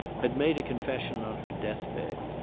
had made a confession on her deathbed.